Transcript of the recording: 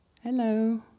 hello